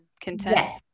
content